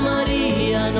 Maria